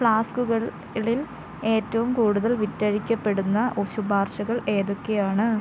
ഫ്ലാസ്കുകളിൽ ഏറ്റവും കൂടുതൽ വിറ്റഴിക്കപ്പെടുന്ന ശുപാർശകൾ ഏതൊക്കെയാണ്